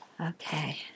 Okay